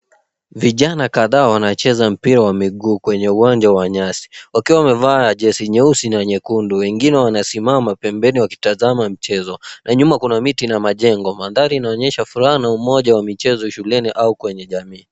Vijana kadhaa wanacheza mpira wa miguu kwenye ,uwanja wa nyasi, wakiwa wamevaa jesi nyeusi na nyekundu. Wengine wanasimama, pembeni wakitazama mchezo, na nyuma kuna miti na majengo. Mandhari inaonyesha furaha na umoja wa michezo shuleni au kwenye jamii.